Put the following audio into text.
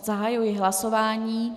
Zahajuji hlasování.